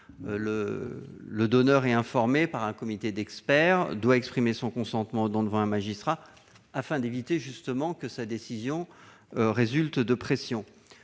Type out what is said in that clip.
Le donneur est informé par un comité d'experts et doit exprimer son consentement au don devant un magistrat, afin d'éviter que sa décision résulte de pressions.